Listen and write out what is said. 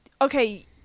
okay